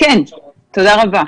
תודה רבה.